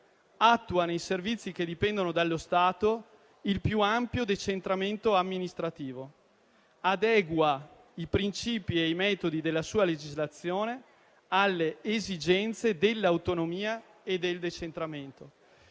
attua nei servizi che dipendono dallo Stato il più ampio decentramento amministrativo; adegua i principi e i metodi della sua legislazione alle esigenze dell'autonomia e del decentramento.